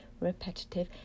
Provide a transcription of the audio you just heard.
repetitive